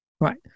Right